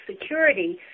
security